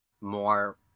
more